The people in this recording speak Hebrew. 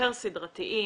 היותר סדרתיים.